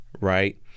right